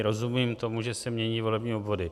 Rozumím tomu, že se mění volební obvody.